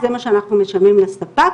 אנחנו משלמים לספק.